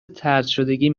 طردشدگی